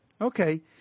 Okay